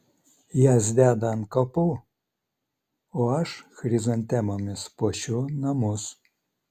jas deda ant kapų o aš chrizantemomis puošiu namus